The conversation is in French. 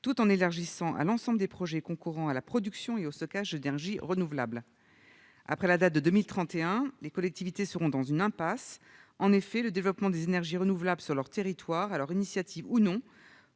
et à l'élargir à l'ensemble des projets concourant à la production et au stockage d'énergies renouvelables. Après la date de 2031, les collectivités seront dans une impasse. En effet, le développement des énergies renouvelables dans leur territoire, sur leur initiative ou non,